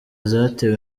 zatewe